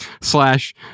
slash